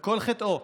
וכל חטאו,